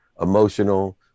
emotional